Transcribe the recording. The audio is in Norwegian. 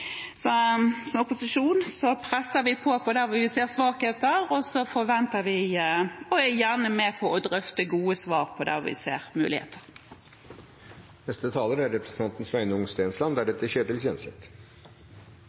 så godt tilbud som mulig. Som opposisjon presser vi på der hvor vi ser svakheter, og så forventer vi – og er gjerne med på å drøfte – gode svar der vi ser muligheter. Stor takk til interpellanten, Kjersti Toppe, som løfter en problemstilling som jeg tror alle er